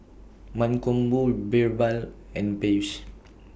Mankombu Birbal and Peyush